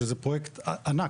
שזה פרויקט ענק.